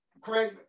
Craig